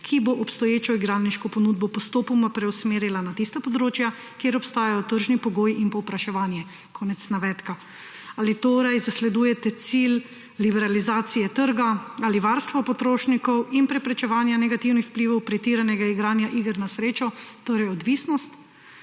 ki bo obstoječo igralniško ponudbo postopoma preusmerila na tista področja, kjer obstajajo tržni pogoji in povpraševanje«, konec navedka. Ali torej zasledujete cilj liberalizacije trga ali varstvo potrošnikov in preprečevanje negativnih vplivov pretiranega igranja iger na srečo, torej odvisnosti?